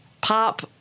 pop